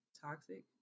toxic